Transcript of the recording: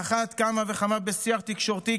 ועל אחת כמה וכמה בשיח תקשורתי,